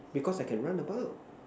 because I can run about